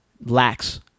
lacks